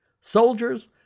soldiers